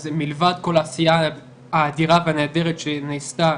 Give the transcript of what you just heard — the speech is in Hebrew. אז מלבד כל העשייה האדירה והנהדרת שנעשתה